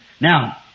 Now